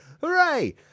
Hooray